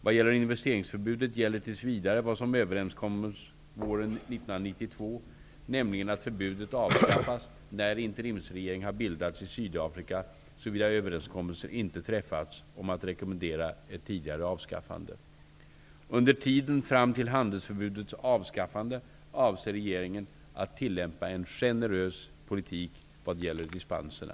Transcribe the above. Vad gäller investeringsförbudet gäller tills vidare vad som överenskoms våren 1992, nämligen att förbudet avskaffas när en interimsregering har bildats i Sydafrika såvida överenskommelser inte träffas om att rekommendera ett tidigare avskaffande. Under tiden fram till handelsförbudets avskaffande avser regeringen att tillämpa en generös politik vad gäller dispenserna.